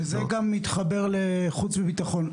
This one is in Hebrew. שזה גם מתחבר לחוץ וביטחון.